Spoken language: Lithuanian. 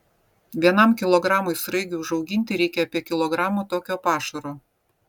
vienam kilogramui sraigių užauginti reikia apie kilogramo tokio pašaro